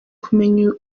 kumenya